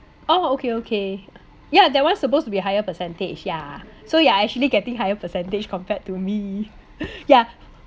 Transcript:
oh okay okay yeah that one supposed to be higher percentage ya so you're actually getting higher percentage compared to me ya